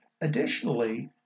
Additionally